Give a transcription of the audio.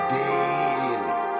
daily